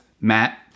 Matt